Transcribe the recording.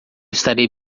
estarei